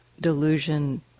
delusion